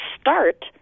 start